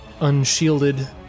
unshielded